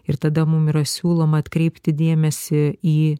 ir tada mum yra siūloma atkreipti dėmesį į